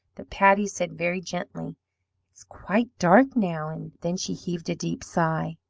that patty said very gently it's quite dark now and then she heaved a deep sigh.